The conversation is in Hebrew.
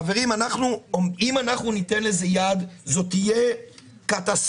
חברים, אם אנחנו ניתן לזה יד זו תהיה קטסטרופה